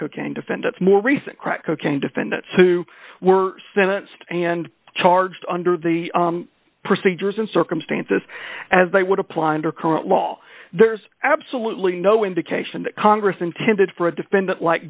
cocaine defendants more recent crack cocaine defendants who were sentenced and charged under the procedures and circumstances as they would apply under current law there's absolutely no indication that congress intended for a defendant li